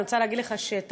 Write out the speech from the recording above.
אני רוצה להגיד לך שלייבזון,